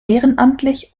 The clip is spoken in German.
ehrenamtlich